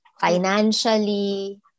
Financially